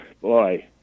boy